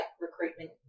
recruitment